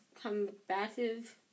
combative